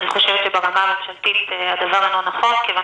אני חושבת שברמה הממשלתית הדבר אינו נכון כיוון